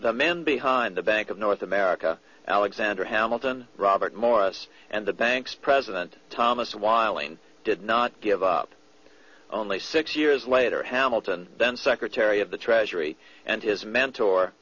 the men behind the bank of north america alexander hamilton robert morris and the banks president thomas whiling did not give up only six years later hamilton then secretary of the treasury and his mentor